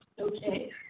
Okay